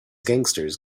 gangsters